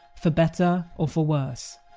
for better or for worse.